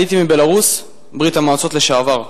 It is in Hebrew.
עליתי מבלרוס, ברית-המעוצות לשעבר.